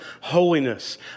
holiness